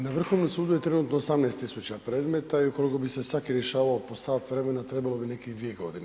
Na Vrhovnom sudu je trenutno 18 tisuća predmeta, i ukoliko bi se svaki rješavao po sat vremena, trebalo bi nekih 2 godine.